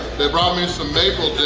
they brought me some maple